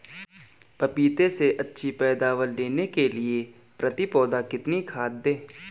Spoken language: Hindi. पपीते से अच्छी पैदावार लेने के लिए प्रति पौधा कितनी खाद दें?